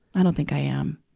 i don't think i am.